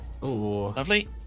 Lovely